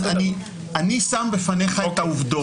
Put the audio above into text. אני שם בפניך את העובדות.